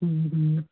ਹਮ ਹਮ